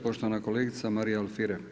Poštovana kolegica Marija Alfirev.